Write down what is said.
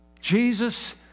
Jesus